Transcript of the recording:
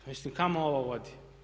Mislim kamo ovo vodi?